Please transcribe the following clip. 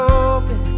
open